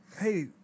hey